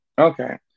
Okay